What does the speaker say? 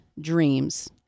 dreams—